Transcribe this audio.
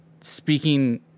speaking